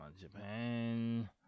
Japan